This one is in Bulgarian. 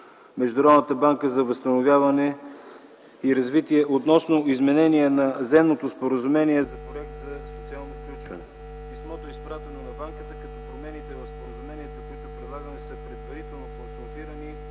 Международната банка за възстановяване и развитие относно изменение на Заемното споразумение за Проект за социално включване. Писмото е изпратено на Банката като промените в споразумението, които предлагаме, са предварително консултирани